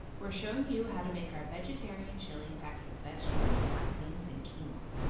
we're showing you how to make our vegetarian chili packed with vegetables, black beans and quinoa.